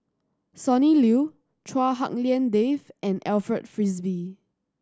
Sonny Liew Chua Hak Lien Dave and Alfred Frisby